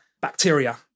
bacteria